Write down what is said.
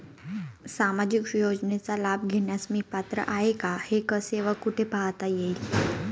सामाजिक योजनेचा लाभ घेण्यास मी पात्र आहे का हे कसे व कुठे पाहता येईल?